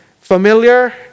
familiar